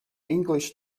english